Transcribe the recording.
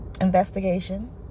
investigation